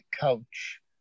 coach